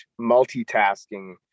multitasking